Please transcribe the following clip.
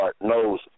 knows